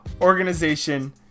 organization